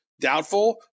doubtful